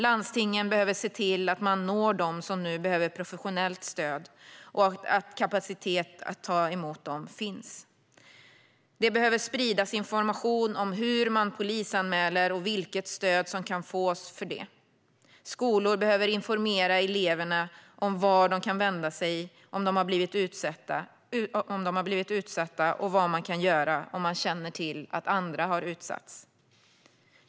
Landstingen behöver se till att man når dem som nu behöver professionellt stöd och att kapacitet att ta emot dem finns. Det behöver spridas information om hur man polisanmäler och om vilket stöd som kan fås för det. Skolor behöver informera eleverna om vart de kan vända sig om de har blivit utsatta och vad de kan göra om de känner till att andra har utsatts.